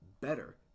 better